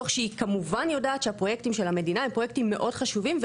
תוך שהיא כמובן יודעת שהפרויקטים של המדינה הם פרויקטים מאוד חשובים.